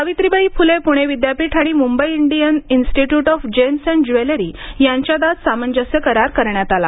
सावित्रीबाई फुले पुणे विद्यापीठ आणि मुंबईच्या Indian institute of gems and jewellery यांच्यात आज सामंजस्य करार करण्यात आला